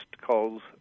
calls